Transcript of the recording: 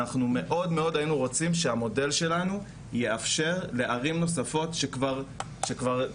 אנחנו מאוד היינו רוצים שהמודל שלנו יאפשר לערים נוספות שדרך